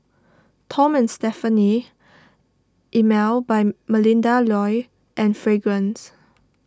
Tom and Stephanie Emel by Melinda Looi and Fragrance